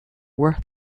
work